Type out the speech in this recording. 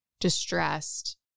distressed